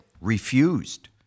refused